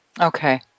Okay